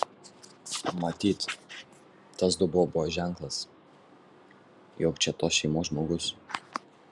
matyt tas dubuo buvo ženklas jog čia tos šeimos žmogus